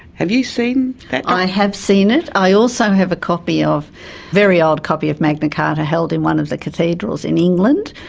have you seen that? i have seen it, i also have a copy, a very old copy of magna carta held in one of the cathedrals in england,